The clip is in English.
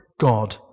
God